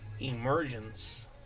Emergence